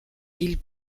ils